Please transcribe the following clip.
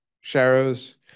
shadows